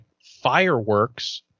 FIREWORKS